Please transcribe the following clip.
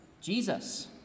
Jesus